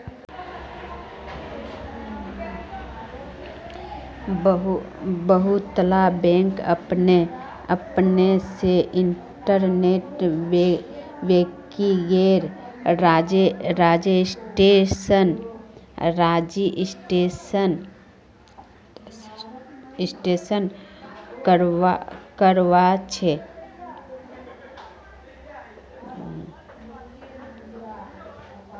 बहुतला बैंक अपने से इन्टरनेट बैंकिंगेर रजिस्ट्रेशन करवाछे